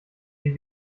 die